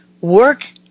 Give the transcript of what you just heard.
work